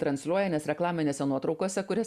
transliuoja nes reklaminėse nuotraukose kurias